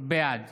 בעד